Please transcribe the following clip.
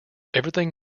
everything